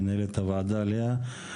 מנהלת הוועדה לאה,